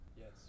Yes